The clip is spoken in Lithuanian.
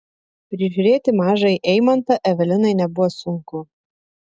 prižiūrėti mažąjį eimantą evelinai nebuvo sunku